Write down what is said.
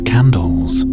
Candles